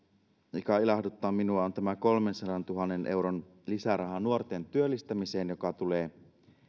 mikä ilahduttaa minua on tämä kolmensadantuhannen euron lisäraha nuorten työllistämiseen joka tulee